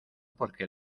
porque